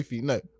No